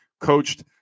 coached